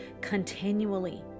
continually